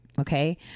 okay